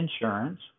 Insurance